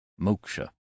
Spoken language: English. moksha